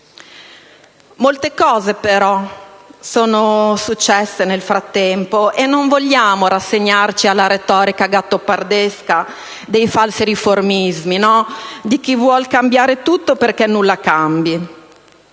Molte cose, però, sono successe nel frattempo e non vogliamo rassegnarci alla retorica gattopardesca dei falsi riformismi, di chi vuol cambiare tutto perché nulla cambi: